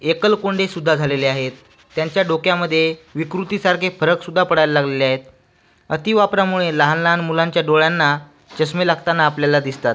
एकलकोंडेसुद्धा झालेले आहेत त्यांच्या डोक्यामध्ये विकृतीसारखे फरकसुद्धा पडायला लागलेले आहेत अतिवापरामुळे लहानलहान मुलांच्या डोळ्यांना चष्मे लागताना आपल्याला दिसतात